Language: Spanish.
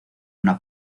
una